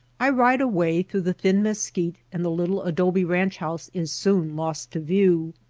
i ride away through the thin mesquite and the little adobe ranch house is soon lost to view.